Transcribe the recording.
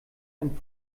ein